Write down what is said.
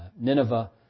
Nineveh